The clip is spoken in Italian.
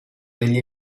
degli